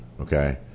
Okay